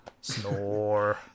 snore